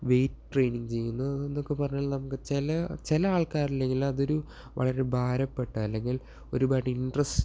weight training ചെയ്യുന്നതെന്നൊക്കെ പറഞ്ഞാൽ നമ്മുക്ക് ചി ല ചില ആൾക്കാരിൽ അതൊരു വളരെ ഭാരപ്പെട്ട അല്ലെങ്കിൽ ഒരുപാട് ഇൻറ്ററസ്റ്റ്